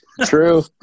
True